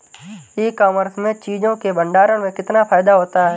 ई commerce में चीज़ों के भंडारण में कितना फायदा होता है?